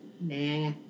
Nah